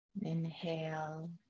Inhale